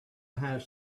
have